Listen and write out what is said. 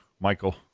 Michael